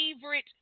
favorite